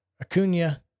Acuna